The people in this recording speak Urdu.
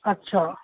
اچھا